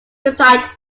replied